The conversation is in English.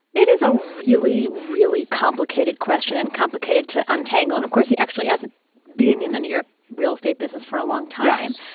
it is a really, really complicated question and complicated to untangle. and of course, he actually hasn't been in the new york real estate business for a long time.